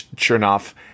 Chernoff